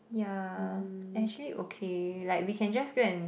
ya actually okay like we can just go and